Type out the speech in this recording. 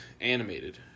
animated